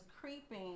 creeping